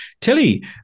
Tilly